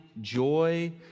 joy